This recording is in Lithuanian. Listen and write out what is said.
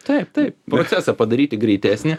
taip taip procesą padaryti greitesnį